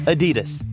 Adidas